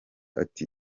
ati